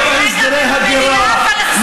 לא בהסדרי הגירה,